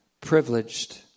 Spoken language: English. privileged